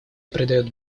придает